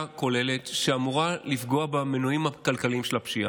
כוללת שאמורה לפגוע במנועים הכלכליים של הפשיעה.